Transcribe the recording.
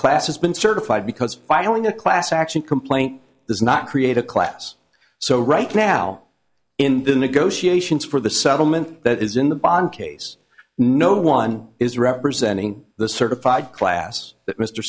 class has been certified because filing a class action complaint does not create a class so right now in the negotiations for the settlement that is in the bond case no one is representing the certified class